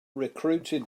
recruited